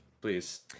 please